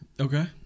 Okay